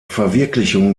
verwirklichung